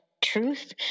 truth